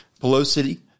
Pelosi